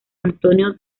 antonio